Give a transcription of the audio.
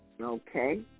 Okay